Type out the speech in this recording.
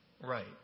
right